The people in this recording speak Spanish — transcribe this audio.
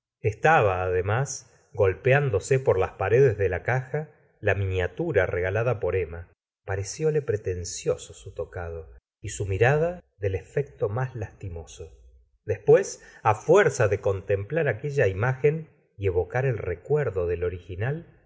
estaba además golpeándose por las paredes de la caja la miniatura regalada por emma parecióle pretencioso su tocado y w mirada del efecto más lastimoso después á fuerza de contemplar aquella imagen y evocar el recuerdo del original